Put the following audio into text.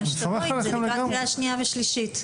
שתבואו עם זה לקראת קריאה שנייה ושלישית.